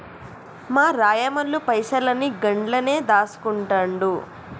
మా రాయమల్లు పైసలన్ని గండ్లనే దాస్కుంటండు